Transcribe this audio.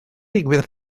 digwydd